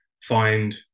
find